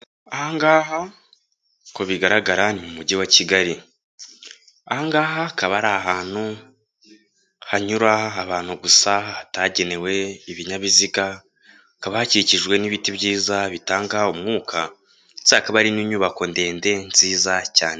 Aha ngaha bigaragara ni mu mujyi wa Kigali, aha ngaha akaba ari ahantu hanyura abantu gusa hatagenewe ibinyabiziga, haba hakikijwe n'ibiti byiza bitanga umwuka ndetse hakaba hari n'inyubako ndende nziza cyane.